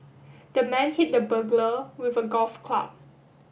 the man hit the burglar with a golf club